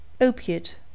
Opiate